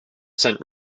sent